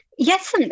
Yes